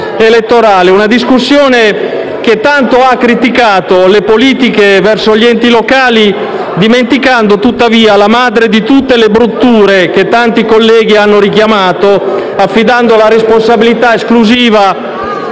della discussione sono state tanto criticate le politiche verso gli enti locali, dimenticando tuttavia la madre di tutte le brutture, che tanti colleghi hanno richiamato, affidando la responsabilità esclusiva